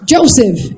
Joseph